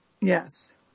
Yes